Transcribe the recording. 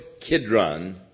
Kidron